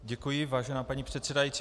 Děkuji, vážená paní předsedající.